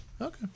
Okay